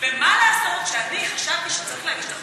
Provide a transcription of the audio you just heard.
ומה לעשות שאני חשבתי שצריך להגיש את החוק